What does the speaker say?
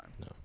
No